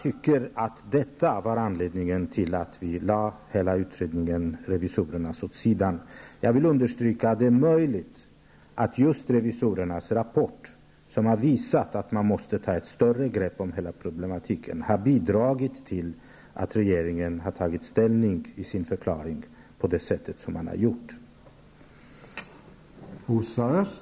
Jag tror att detta var anledningen till att vi lade hela utredningen från revisorerna åt sidan. Jag vill understryka att det var möjligt att just revisorernas rapport, som har visat att man måste ta ett större grepp på hela problematiken, har bidragit till att regeringen har tagit ställning på det sätt som man har gjort i sin förklaring.